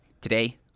Today